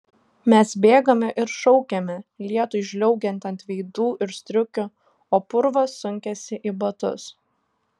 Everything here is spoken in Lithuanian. mes bėgame ir šaukiame lietui žliaugiant ant veidų ir striukių o purvas sunkiasi į batus